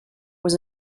was